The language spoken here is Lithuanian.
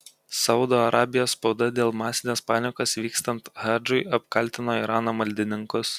saudo arabijos spauda dėl masinės panikos vykstant hadžui apkaltino irano maldininkus